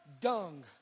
dung